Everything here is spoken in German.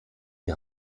die